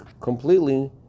completely